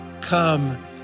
come